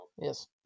Yes